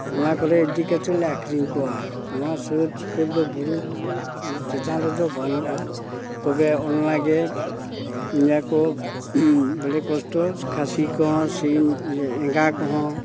ᱚᱱᱟ ᱠᱚᱨᱮ ᱤᱫᱤ ᱠᱟᱛᱮᱞᱮ ᱟᱹᱠᱷᱨᱤᱧ ᱠᱚᱣᱟ ᱱᱚᱣᱟ ᱥᱩᱨ ᱥᱩᱯᱩᱨ ᱫᱚ ᱵᱩᱨᱩ ᱪᱮᱛᱟᱱ ᱨᱮᱫᱚ ᱵᱟᱹᱱᱩᱜᱼᱟ ᱛᱚᱵᱮ ᱚᱱᱟ ᱜᱮ ᱢᱮᱱᱟᱠᱚ ᱵᱮᱲᱮ ᱠᱚᱥᱴᱚ ᱠᱷᱟᱹᱥᱤ ᱠᱚ ᱥᱤᱢ ᱮᱸᱜᱟ ᱠᱚᱦᱚᱸ